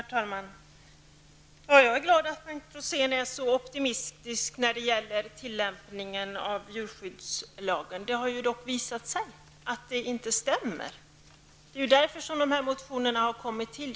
Herr talman! Jag är glad att Bengt Rosén är så optimistisk när det gäller tillämpningen av djurskyddslagen. Det har dock visat sig att det inte stämmer. Det är därför som dessa motioner har kommit till.